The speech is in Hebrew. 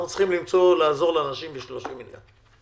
אנחנו צריכים לעזור לאנשים ב-30 מיליון.